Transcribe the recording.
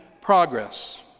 progress